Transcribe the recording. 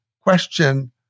question